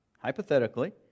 Hypothetically